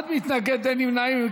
אחד מתנגד, אין נמנעים.